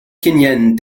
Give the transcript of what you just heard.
kényane